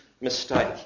mistake